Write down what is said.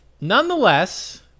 Nonetheless